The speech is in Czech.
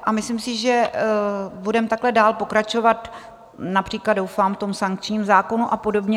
A myslím si, že budeme takhle dál pokračovat například doufám v sankčním zákonu a podobně.